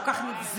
כל כך נבזי,